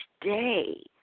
day